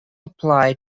apply